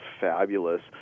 fabulous